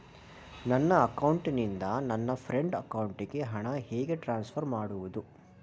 ನನ್ನ ಅಕೌಂಟಿನಿಂದ ನನ್ನ ಫ್ರೆಂಡ್ ಅಕೌಂಟಿಗೆ ಹಣ ಹೇಗೆ ಟ್ರಾನ್ಸ್ಫರ್ ಮಾಡುವುದು?